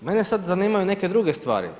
A mene sad zanimaju neke druge stvari.